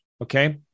Okay